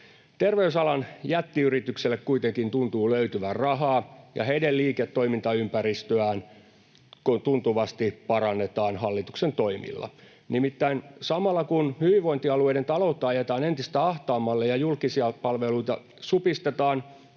Terveysalan jättiyrityksille kuitenkin tuntuu löytyvän rahaa, kun heidän liiketoimintaympäristöään tuntuvasti parannetaan hallituksen toimilla. Nimittäin samalla kun hyvinvointialueiden taloutta ajetaan entistä ahtaammalle ja julkisia palveluita supistetaan,